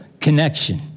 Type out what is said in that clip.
connection